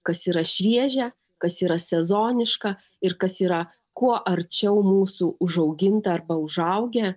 kas yra šviežia kas yra sezoniška ir kas yra kuo arčiau mūsų užauginta arba užaugę